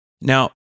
Now